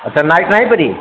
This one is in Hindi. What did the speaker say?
अच्छा नाइट नाही बनी